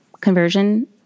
Conversion